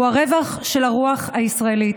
הוא הרווח של הרוח הישראלית.